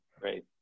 Great